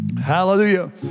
hallelujah